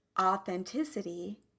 authenticity